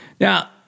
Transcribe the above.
Now